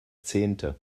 zehnte